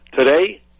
Today